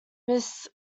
mrs